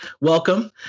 Welcome